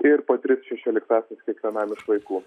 ir po tris šešioliktąsiais kiekvienam iš vaikų